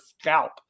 scalp